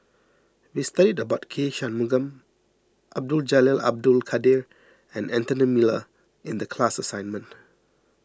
we studied about K Shanmugam Abdul Jalil Abdul Kadir and Anthony Miller in the class assignment